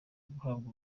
guhabwa